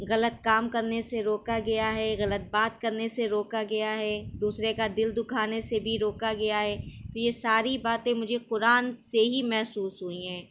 غلط کام کرنے سے روکا گیا ہے غلط بات کرنے سے روکا گیا ہے دوسرے کا دل دکھانے سے بھی روکا گیا ہے یہ ساری باتیں مجھے قرآن سے ہی محسوس ہوئیں ہیں